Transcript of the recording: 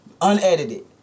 Unedited